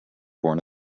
born